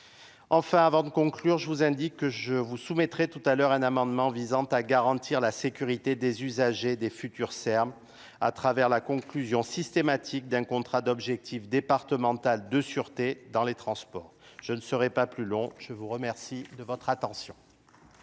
Enfin, avant de conclure, je vous indique que je vous soumettrai tout à l'heure un amendement visant à garantir la sécurité des usagers des futurs Serbes à travers la conclusion systématique d'un contrat d'objectif départemental de sûreté dans les transports. Je ne serai pas plus long je vous remercie de votre attention